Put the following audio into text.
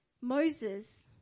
Moses